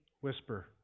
whisper